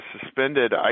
suspended